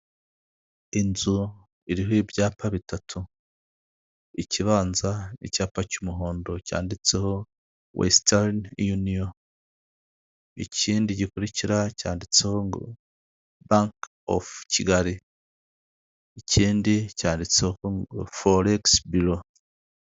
Inzu iriho ibyapa bitatu ikibanza icyapa cy'umuhondo cyanditseho wesitane yuniyo, ikindi gikurikira cyanditseho ngo banke ofu Kigali, ikindi cyanditseho ho foregisi biro.